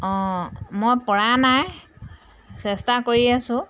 অঁ মই পৰা নাই চেষ্টা কৰি আছোঁ